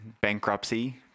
bankruptcy